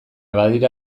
badira